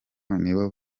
nibo